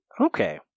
Okay